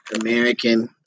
American